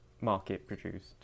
market-produced